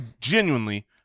genuinely